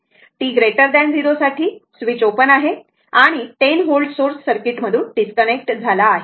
t 0 साठी switch open आहे आणि 10 व्होल्ट सोर्स सर्किटमधून डिस्कनेक्ट झाला आहे